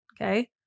Okay